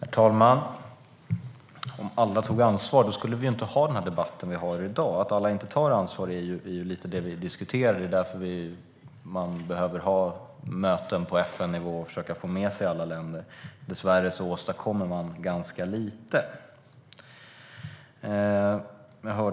Herr talman! Om alla tog ansvar skulle vi ju inte ha denna debatt. Att alla inte tar ansvar är ju egentligen det som vi diskuterar. Det är därför man behöver ha möten på FN-nivå och försöka få med sig alla länder. Dessvärre åstadkommer man ganska lite.